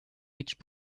each